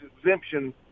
exemption